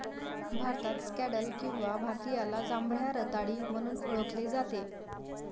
भारतात स्कँडल किंवा भारतीयाला जांभळ्या रताळी म्हणून ओळखले जाते